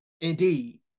Indeed